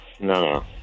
No